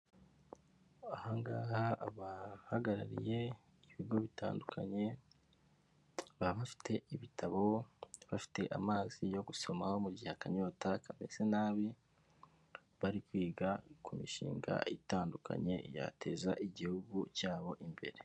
Aha ngaha abahagarariye ibigo bitandukanye baba bafite ibitabo, bafite amazi yo gusoma mu gihe akanyota kameze nabi, bari kwiga ku mishinga itandukanye yateza igihugu cyabo imbere.